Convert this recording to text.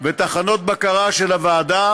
ותחנות בקרה של הוועדה